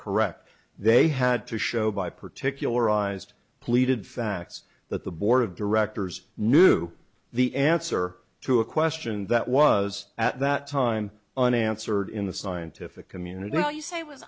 correct they had to show by particularized pleaded facts that the board of directors knew the answer to a question that was at that time unanswered in the scientific community now you say w